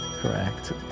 correct